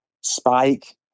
spike